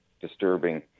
disturbing